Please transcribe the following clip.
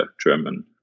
German